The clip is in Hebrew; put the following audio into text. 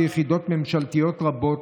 יחידות ממשלתיות רבות,